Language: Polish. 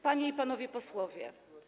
Panie i Panowie Posłowie!